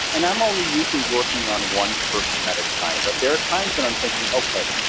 and i'm only usually working on one person at a time, but there are times when i'm thinking, okay,